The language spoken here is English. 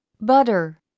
butter